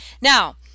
now